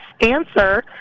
answer